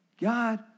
God